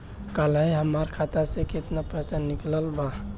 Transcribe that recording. काल्हे हमार खाता से केतना पैसा निकलल बा?